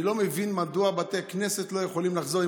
אני לא מבין מדוע בתי הכנסת לא יכולים לחזור.